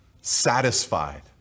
satisfied